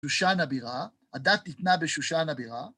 שושן נבירה, הדת ניתנה בשושן הבירה.